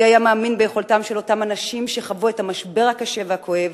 מי היה מאמין ביכולתם של אותם אנשים שחוו את המשבר הקשה והכואב